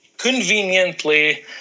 conveniently